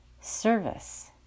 Service